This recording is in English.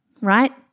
right